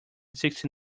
sixty